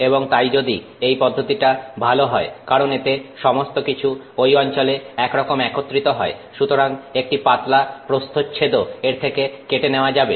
এবং তাই যদি এই পদ্ধতিটা ভালো হয় কারণ এতে সমস্ত কিছু ওই অঞ্চলে একরকম একত্রিত হয় সুতরাং একটি পাতলা প্রস্থচ্ছেদও এর থেকে কেটে নেওয়া যাবে